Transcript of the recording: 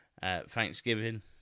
Thanksgiving